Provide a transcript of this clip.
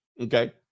Okay